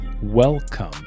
Welcome